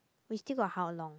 we still got how long